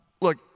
look